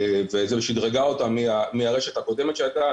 ושדרגה אותה מהרשת הקודמת שהייתה לה.